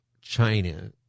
China